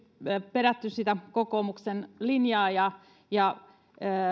perätty sitä kokoomuksen linjaa ja ja